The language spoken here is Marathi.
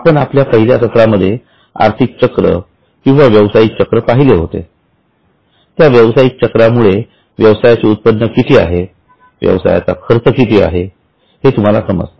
आपण आपल्या पहिल्या सत्रामध्ये आर्थिक चक्र किंवा व्यवसायिक चक्र पाहिले होते त्या व्यवसायिक चक्रामुळे व्यवसायाचे उत्पन्न किती आहे व्यवसायाचा खर्च किती आहे हे तुम्हाला समजते